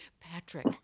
Patrick